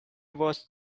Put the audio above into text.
was